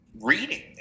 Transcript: reading